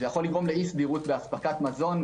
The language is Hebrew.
יכול לגרום לאי סדירות באספקת מזון,